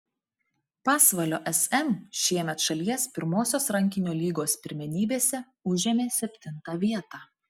pasvalio sm šiemet šalies pirmosios rankinio lygos pirmenybėse užėmė septintą vietą